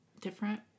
different